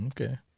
Okay